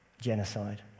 genocide